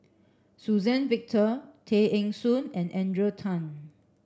Suzann Victor Tay Eng Soon and Adrian Tan